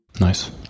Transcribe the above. Nice